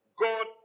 God